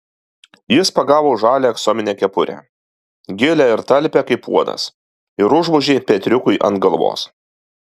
jis pagavo žalią aksominę kepurę gilią ir talpią kaip puodas ir užvožė petriukui ant galvos